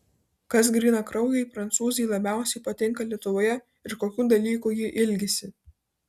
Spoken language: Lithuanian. kas grynakraujei prancūzei labiausiai patinka lietuvoje ir kokių dalykų ji ilgisi